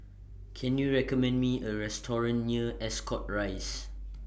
Can YOU recommend Me A Restaurant near Ascot Rise